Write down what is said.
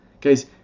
Guys